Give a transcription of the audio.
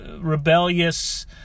rebellious